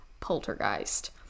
poltergeist